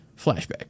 flashback